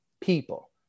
people